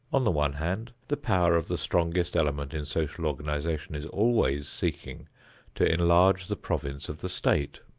on the one hand, the power of the strongest element in social organization is always seeking to enlarge the province of the state.